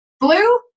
Blue